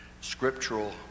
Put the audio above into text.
scriptural